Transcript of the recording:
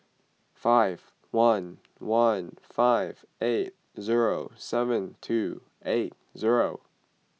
five one one five eight zero seven two eight zero